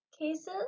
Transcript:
cases